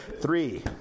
Three